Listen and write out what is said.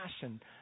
passion